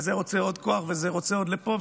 וזה רוצה עוד כוח וזה רוצה עוד לפה,